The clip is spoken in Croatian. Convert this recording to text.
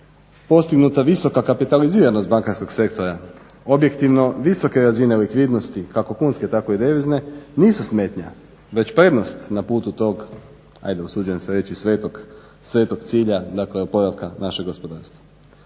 postignuta je visoka kapitaliziranost bankarskog sektora, objektivno visoke razine likvidnosti kako kunske tako i devizne nisu smetnja, već prednost na putu tog, ajde usuđujem se reći svetog cilja, dakle oporavka našeg gospodarstva.